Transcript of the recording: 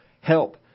help